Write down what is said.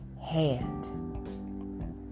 hand